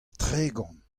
tregont